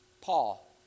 Paul